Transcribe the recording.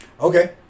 Okay